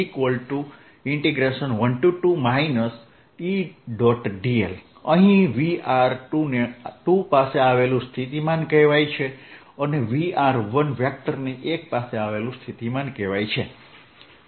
dl અહીં Vr2 ને 2 પાસે આવેલું સ્થિતિમાન કહેવાય છે અને V ને 1 પાસે આવેલું સ્થિતિમાન કહેવાય છે